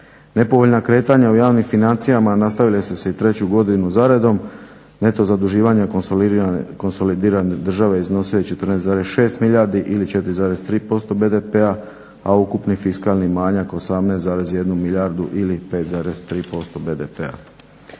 Nepovoljna kretanja u javnim financijama nastavila su se i treću godinu zaredom. Neto zaduživanja konsolidirane države iznosilo je 14,6 milijardi ili 4,3% BDP-a a ukupni fiskalni manjak 18,1 milijardu ili 5,3% BDP-a.